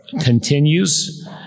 continues